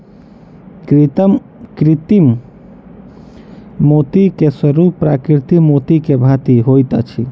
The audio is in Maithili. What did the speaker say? कृत्रिम मोती के स्वरूप प्राकृतिक मोती के भांति होइत अछि